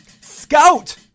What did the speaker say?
Scout